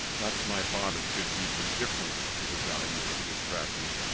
not that my father could be indifferent to the value of this practice,